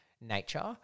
nature